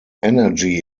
energy